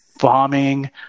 bombing